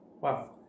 wow